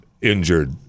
injured